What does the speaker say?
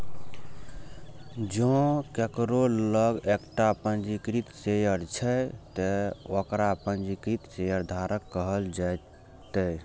जों केकरो लग एकटा पंजीकृत शेयर छै, ते ओकरा पंजीकृत शेयरधारक कहल जेतै